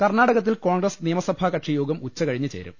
കർണാടകത്തിൽ കോൺഗ്രസ് നിയമസഭാകക്ഷിയോഗം ഉച്ച കഴിഞ്ഞ് ചേരും